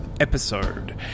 Episode